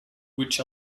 which